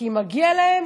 כי מגיע להם.